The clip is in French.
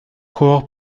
coureur